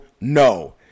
no